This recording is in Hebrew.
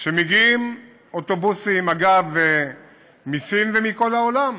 שמגיעים אוטובוסים, אגב, מסין ומכל העולם.